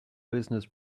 business